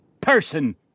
person